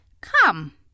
Come